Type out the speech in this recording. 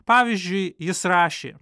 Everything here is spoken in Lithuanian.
pavyzdžiui jis rašė